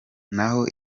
naho